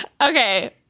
Okay